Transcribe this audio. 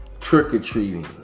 trick-or-treating